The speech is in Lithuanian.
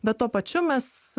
bet tuo pačiu mes